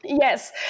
Yes